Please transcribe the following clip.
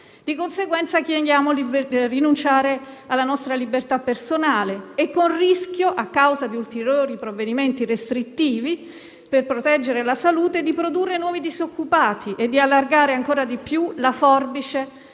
Di conseguenza andiamo a rinunciare alla nostra libertà personale, con il rischio, a causa di ulteriori provvedimenti restrittivi per proteggere la salute, di produrre nuovi disoccupati e di allargare ancora di più la forbice